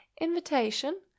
invitation